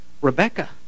Rebecca